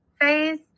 phase